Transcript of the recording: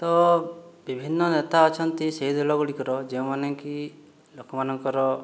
ତ ବିଭିନ୍ନ ନେତା ଅଛନ୍ତି ସେହି ଦଳଗୁଡ଼ିକର ଯେଉଁମାନେ କି ଲୋକମାନଙ୍କର